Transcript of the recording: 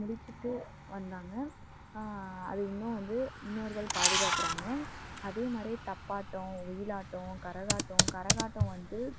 முடிச்சுட்டு வந்தாங்க அது இன்னும் வந்து முன்னோர்கள் பாதுகாக்கிறாங்க அதே மாதிரியே தப்பாட்டம் ஒயிலாட்டம் கரகாட்டம் கரகாட்டம் வந்து